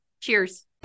Cheers